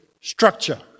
structure